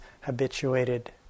habituated